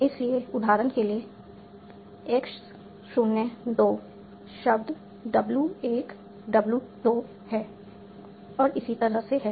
इसलिए उदाहरण के लिए x 0 2 शब्द w 1 w 2 है और इसी तरह से है